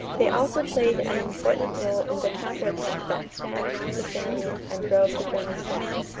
they also played an important role in the counter attack that smashed the salient and drove the germans back.